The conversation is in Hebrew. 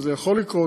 וזה יכול לקרות,